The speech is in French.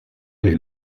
les